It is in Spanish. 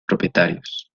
propietarios